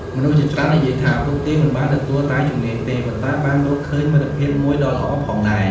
មនុស្សជាច្រើននិយាយថា ពួកគេមិនបានទទួលតែជំនាញទេ ប៉ុន្តែបានរកឃើញមិត្តភាពមួយដ៏ល្អផងដែរ។